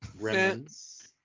Remnants